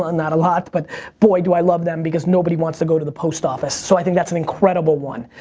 ah not a lot, but boy, do i love them because nobody wants to go to the post office, so i think that's an incredible one.